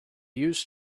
used